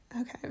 Okay